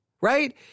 right